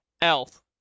Elf